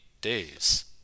days